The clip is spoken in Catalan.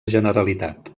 generalitat